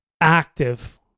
active